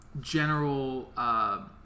general